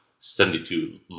72